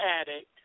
addict